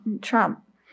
Trump